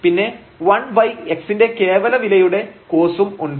പിന്നെ 1 ബൈ xന്റെ കേവലം വിലയുടെ cos ഉം ഉണ്ട്